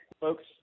folks